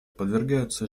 подвергаются